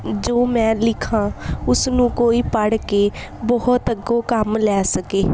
ਜੋ ਮੈਂ ਲਿਖਾਂ ਉਸ ਨੂੰ ਕੋਈ ਪੜ੍ਹ ਕੇ ਬਹੁਤ ਅੱਗੋਂ ਕੰਮ ਲੈ ਸਕੇ